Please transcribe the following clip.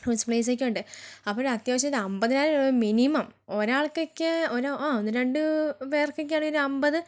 tourist place ഒക്കെ ഉണ്ട് അപ്പോൾ ഒരത്യാവശ്യം ഒരമ്പതിനായിരം രൂപ മിനിമം ഒരാൾക്കൊക്കേ ഒരു ഒന്ന് രണ്ട് പേർക്കൊക്കെയാണെങ്കിൽ ഒരമ്പത്